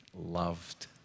loved